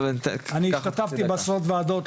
אני השתתפתי בעשרות וועדות,